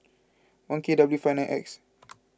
one K W five nine X